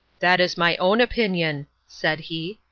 that is my own opinion, said he,